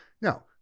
now